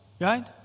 right